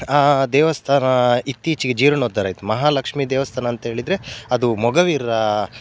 ಆ ದೇವಸ್ಥಾನ ಇತ್ತೀಚೆಗೆ ಜೀರ್ಣೋದ್ಧಾರ ಆಯಿತು ಮಹಾಲಕ್ಷ್ಮೀ ದೇವಸ್ಥಾನ ಅಂತೇಳಿದರೆ ಅದು ಮೊಗವೀರರ